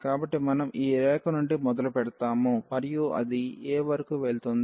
కాబట్టి మనం ఈ రేఖ నుండి మొదలుపెడతాము మరియు అది a వరకు వెళ్తుంది